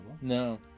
No